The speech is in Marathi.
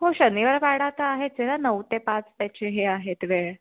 हो शनिवारवाडा तर आहेच ना नऊ ते पाच त्याचे हे आहेत वेळ